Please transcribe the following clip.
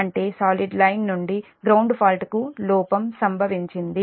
అంటే solid line నుండి ground fault కు లోపం సంభవించింది